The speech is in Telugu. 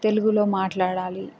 తెలుగులో మాట్లాడాలి